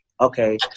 okay